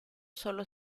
sólo